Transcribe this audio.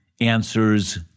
answers